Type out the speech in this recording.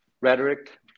rhetoric